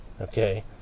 okay